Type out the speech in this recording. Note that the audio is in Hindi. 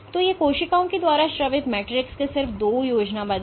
तो ये कोशिकाओं द्वारा स्रावित मैट्रिक्स के सिर्फ दो योजनाबद्ध हैं